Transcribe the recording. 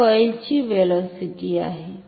ही कॉईलची व्हेलॉसिटी आहे